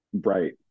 Right